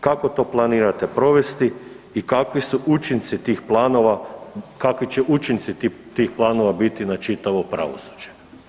Kako to planirate provesti i kakvi su učinci tih planova, kakvi će učinci tih planova biti na čitavo pravosuđe?